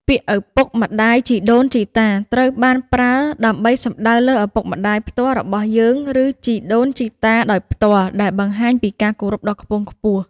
ពាក្យ ឪពុក ម្ដាយ ជីដូន ជីតា ត្រូវបានប្រើដើម្បីសំដៅលើឪពុកម្ដាយផ្ទាល់របស់យើង ឬជីដូនជីតា ដោយផ្ទាល់ ដែលបង្ហាញពីការគោរពដ៏ខ្ពង់ខ្ពស់។